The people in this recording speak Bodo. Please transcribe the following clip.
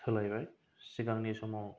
सोलायबाय सिगांनि समाव